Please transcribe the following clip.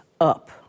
up